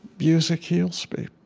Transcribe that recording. music heals me.